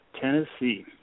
Tennessee